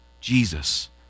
Jesus